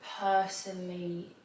personally